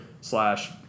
Slash